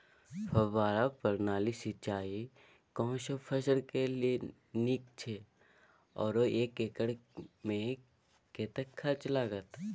फब्बारा प्रणाली सिंचाई कोनसब फसल के लेल नीक अछि आरो एक एकर मे कतेक खर्च लागत?